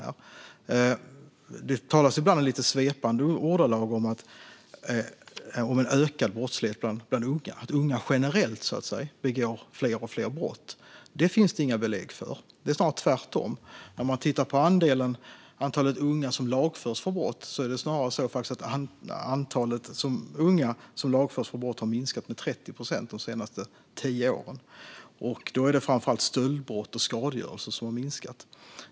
Det talas ibland i lite svepande ordalag om en ökad brottslighet bland unga och om att unga generellt begår fler och fler brott. Det finns det inga belägg för. Det är snarare tvärtom. Antalet unga som lagförs för brott har minskat med 30 procent de senaste tio åren. Det är framför allt stöldbrott och skadegörelse som har minskat.